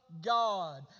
God